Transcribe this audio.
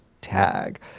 tag